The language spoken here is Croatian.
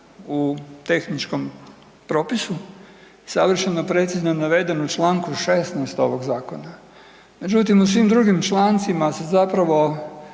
u tehničkom propisu, savršeno precizno je naveden u članku 16. ovog Zakona. Međutim u svim drugim člancima se zapravo